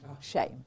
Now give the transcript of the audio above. Shame